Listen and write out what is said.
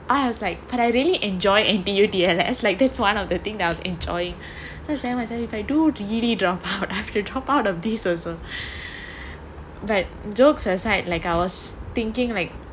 I was like but I really enjoy N_T_U T_L_S like that's one of the thing that I was enjoying so I was telling myself that if I do really drop out after top out of this also but jokes aside like I was thinking like